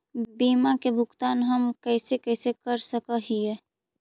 बीमा के भुगतान हम कैसे कैसे कर सक हिय?